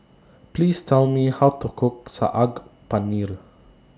Please Tell Me How to Cook Saag Paneer